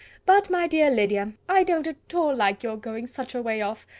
but my dear lydia, i don't at all like your going such a way off.